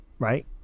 Right